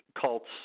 cult's